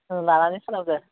औ लानानै खालामदों